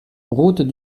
route